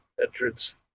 entrance